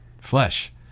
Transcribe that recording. flesh